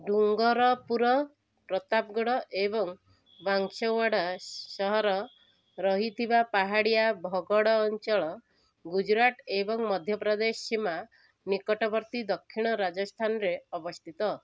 ଡୁଙ୍ଗରପୁର ପ୍ରତାପଗଡ଼ ଏବଂ ବାଂସୱାଡ଼ା ସହର ରହିଥିବା ପାହାଡ଼ିଆ ଭଗଡ଼ ଅଞ୍ଚଳ ଗୁଜରାଟ ଏବଂ ମଧ୍ୟପ୍ରଦେଶ ସୀମା ନିକଟବର୍ତ୍ତୀ ଦକ୍ଷିଣ ରାଜସ୍ଥାନରେ ଅବସ୍ଥିତ